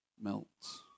melts